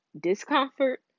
discomfort